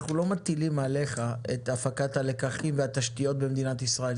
אנחנו לא מטילים עליך את הפקת הלקחים והתשתיות במדינת ישראל.